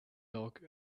milk